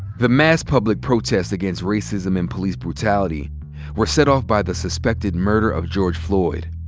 the mass public protest against racism and police brutality were set off by the suspected murder of george floyd.